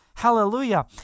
Hallelujah